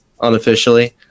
unofficially